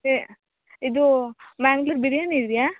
A ಇದು ಮಂಗ್ಳೂರ್ ಬಿರ್ಯಾನಿ ಇದೆಯಾ